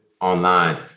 online